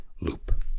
loop